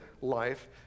life